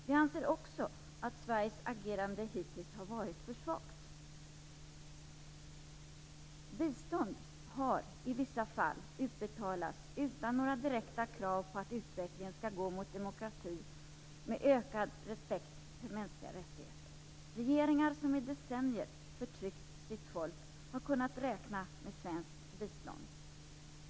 Vi anser också att Sveriges agerande hittills har varit för svagt. Bistånd har i vissa fall utbetalats utan några direkta krav på att utvecklingen skall gå mot demokrati, med ökad respekt för mänskliga rättigheter. Regeringar som i decennier förtryckt sitt folk har kunnat räkna med svenskt bistånd.